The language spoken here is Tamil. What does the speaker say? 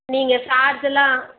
நீங்கள் சார்ஜெலாம்